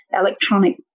electronic